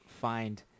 find